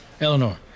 Eleanor